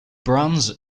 bronze